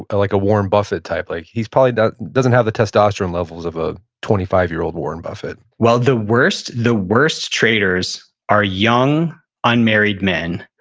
ah like a warren buffett type. like he's probably about, doesn't have the testosterone levels of a twenty five year old warren buffett well, the worst the worst traders are young unmarried men.